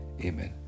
Amen